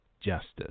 justice